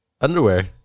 underwear